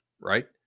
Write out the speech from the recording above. right